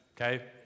Okay